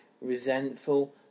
resentful